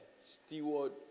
steward